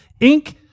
Inc